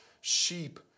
sheep